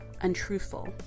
untruthful